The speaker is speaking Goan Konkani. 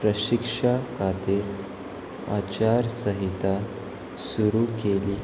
प्रशिक्षा खातीर आचार संहिता सुरू केली